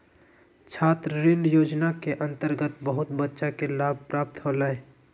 छात्र ऋण योजना के अंतर्गत बहुत बच्चा के लाभ प्राप्त होलय